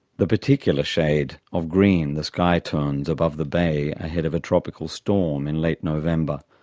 the particular shade of green the sky turns above the bay ahead of a tropical storm in late november.